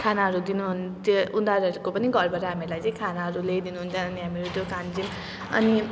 खानाहरू दिनुहुन्छ त्यो उनीहरूको पनि घरबाट हामीहरूलाई चाहिँ खानाहरू ल्याइदिनुहुन्छ अनि हामीहरू त्यो खान्छौँ अनि